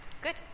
Good